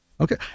Okay